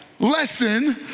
lesson